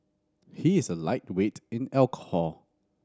he is a lightweight in alcohol